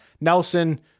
Nelson